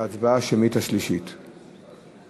החוק של חברת